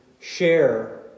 share